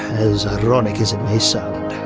as ironic as it may sound.